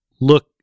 look